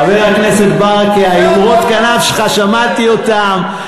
חבר הכנסת ברכה, אמרות הכנף שלך, שמעתי אותן.